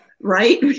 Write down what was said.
right